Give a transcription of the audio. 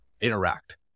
interact